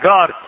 God